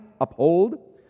uphold